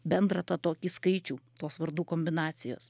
bendrą tą tokį skaičių tos vardų kombinacijos